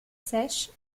sèches